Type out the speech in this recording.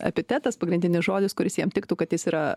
epitetas pagrindinis žodis kuris jam tiktų kad jis yra